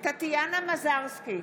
טטיאנה מזרסקי,